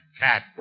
Cat